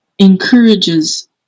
encourages